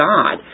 God